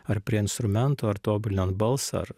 ar prie instrumento ar tobulinant balsą ar